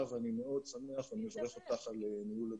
ואני מאוד שמח ומברך אותך על ניהול הדיונים.